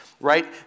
right